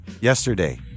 yesterday